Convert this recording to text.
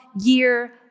year